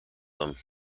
them